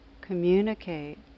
communicate